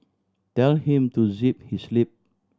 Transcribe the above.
tell him to zip his lip